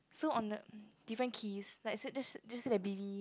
so on a different keys like say just s~ just say the